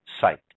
site